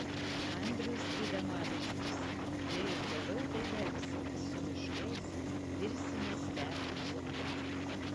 andrius gaidamavičius jei ir toliau taip elgsimės su miškais virsime stepių zona